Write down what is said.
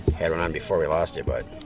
had one on before. we lost it but,